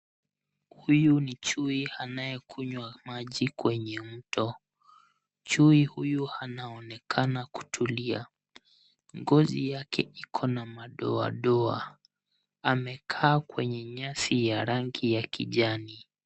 Huyu ni chui anayekunywa maji kwenye mto. Chui huyu anaonekana kutulia. Ngozi yake iko na madoadoa. Amekaa kwenye nyasi ya rangi ya kijani.